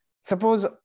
suppose